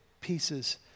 pieces